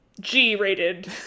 G-rated